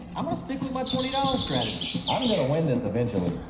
i'm gonna stick with my twenty dollars strategy. i'm gonna win this eventually.